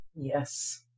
Yes